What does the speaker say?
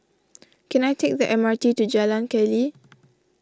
can I take the M R T to Jalan Keli